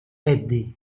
eddie